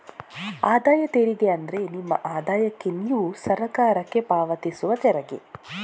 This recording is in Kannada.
ಆದಾಯ ತೆರಿಗೆ ಅಂದ್ರೆ ನಿಮ್ಮ ಆದಾಯಕ್ಕೆ ನೀವು ಸರಕಾರಕ್ಕೆ ಪಾವತಿಸುವ ತೆರಿಗೆ